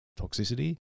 toxicity